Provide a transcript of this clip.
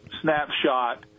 snapshot